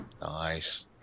Nice